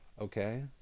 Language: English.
Okay